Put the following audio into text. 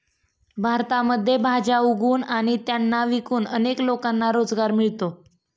भारतामध्ये भाज्या उगवून आणि त्यांना विकून अनेक लोकांना रोजगार मिळतो